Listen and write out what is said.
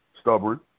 stubborn